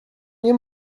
nie